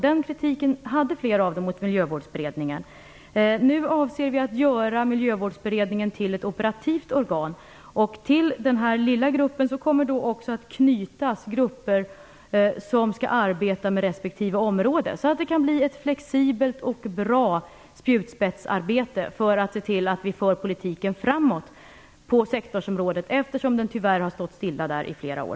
Den kritiken framförde flera mot Nu avser vi att göra Miljövårdsberedningen till ett operativt organ. Till denna lilla grupp kommer att knytas grupper som skall arbeta med respektive område. Då kan det bli ett flexibelt och bra spjutspetsarbete för att se till att politiken förs framåt på sektorsområdet. Den har tyvärr stått stilla i flera år.